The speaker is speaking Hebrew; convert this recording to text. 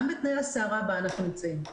גם בתנאי הסערה בה אנחנו נמצאים.